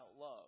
love